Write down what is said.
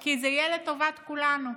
כי זה יהיה לטובת כולנו.